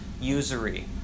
usury